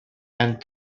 and